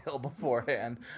beforehand